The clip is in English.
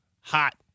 hot